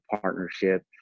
partnership